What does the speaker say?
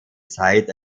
zeit